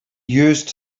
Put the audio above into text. used